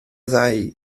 ddau